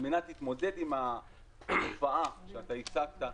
על מנת להתמודד עם התופעה שאתה הצגת,